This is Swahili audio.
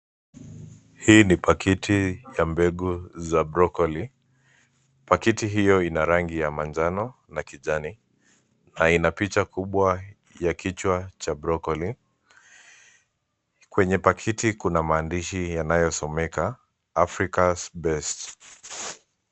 Hii ni pakiti ya mbegu za brokoli pakiti hio ina rangi yamanjano na kijani na ina picha kubwa ya kichwa cha brokoli. Kwenye pakiti kuna maandishi yanayosomeka Africas Best.